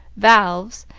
valves,